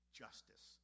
justice